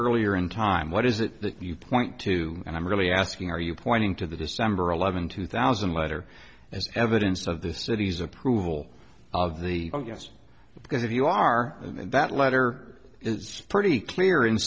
earlier in time what is it that you point to and i'm really asking are you pointing to the december eleventh two thousand letter as evidence of the city's approval of the u s because if you are in that letter it's pretty clear in